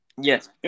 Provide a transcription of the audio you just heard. Yes